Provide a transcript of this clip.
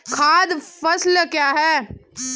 खाद्य फसल क्या है?